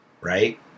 Right